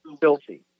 Filthy